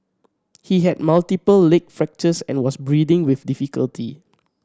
he had multiple leg fractures and was breathing with difficulty